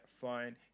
fine